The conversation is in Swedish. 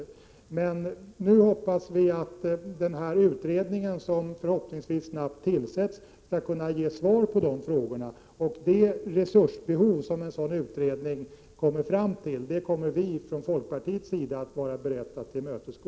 Vi får emellertid hoppas att den utredning som förhoppningsvis snart tillsätts skall kunna ge svar på dessa frågor. Det förslag till resursbehov som en sådan utredning kommer fram till är vi i folkpartiet beredda att tillmötesgå.